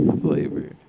Flavor